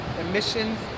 emissions